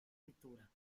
pittura